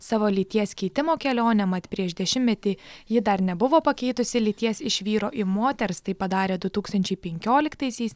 savo lyties keitimo kelionę mat prieš dešimtmetį ji dar nebuvo pakeitusi lyties iš vyro į moters tai padarė du tūkstančiai penkioliktaisiais